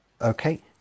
Okay